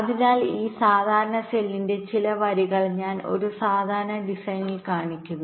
അതിനാൽ ഈ സാധാരണ സെല്ലിന്റെ ചില വരികൾ ഞാൻ ഒരു സാധാരണ ഡിസൈനിൽ കാണിക്കുന്നു